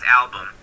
album